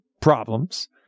problems